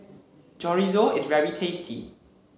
Chorizo is very tasty